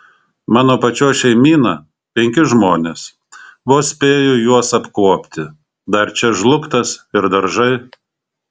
mano pačios šeimyna penki žmonės vos spėju juos apkuopti dar čia žlugtas ir daržai